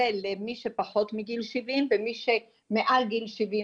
זה פחות למי שפחות מגיל שבעים; ומי שמעל גיל שבעים